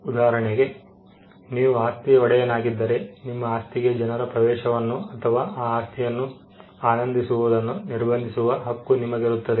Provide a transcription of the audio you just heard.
ಉದಾಹರಣೆಗೆ ನೀವು ಆಸ್ತಿಯ ಒಡೆಯನಾಗಿದ್ದರೆ ನಿಮ್ಮ ಆಸ್ತಿಗೆ ಜನರ ಪ್ರವೇಶವನ್ನು ಅಥವಾ ಆ ಆಸ್ತಿಯನ್ನು ಆನಂದಿಸುವುದನ್ನು ನಿರ್ಬಂಧಿಸುವ ಹಕ್ಕು ನಿಮಗಿರುತ್ತದೆ